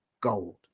gold